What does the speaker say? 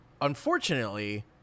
Unfortunately